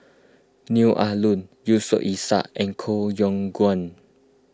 Neo Ah Luan Yusof Ishak and Koh Yong Guan